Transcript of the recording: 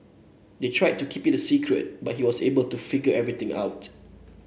they tried to keep it a secret but he was able to figure everything out